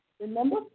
Remember